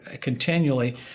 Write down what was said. continually